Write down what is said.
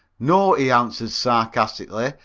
no, he answered, sarcastically,